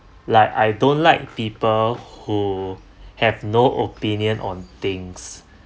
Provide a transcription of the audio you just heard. like I don't like people who have no opinion on things